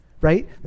right